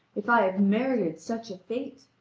if i have merited such a fate!